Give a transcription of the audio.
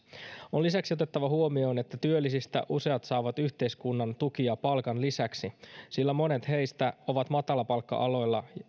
on lisäksi otettava huomioon että työllisistä useat saavat yhteiskunnan tukia palkan lisäksi sillä monet heistä ovat matalapalkka aloilla